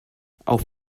auf